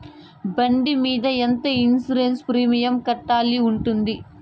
బండి మీద ఎంత ఇన్సూరెన్సు ప్రీమియం కట్టాల్సి ఉంటుంది?